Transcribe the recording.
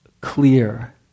clear